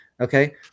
okay